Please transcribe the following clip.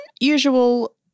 Unusual